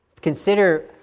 Consider